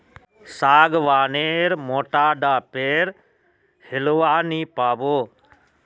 सागवान नेर मोटा डा पेर होलवा नी पाबो